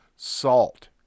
salt